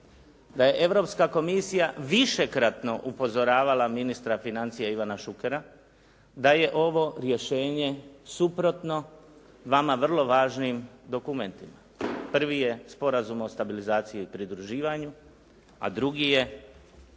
da je Europska komisija višekratno upozoravala ministra financija Ivana Šukera da je ovo rješenje suprotno vama vrlo važnim dokumentima. Prvi je Sporazum o stabilizaciji i pridruživanju, a drugi je